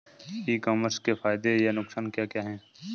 E commerce के फायदे या नुकसान क्या क्या हैं?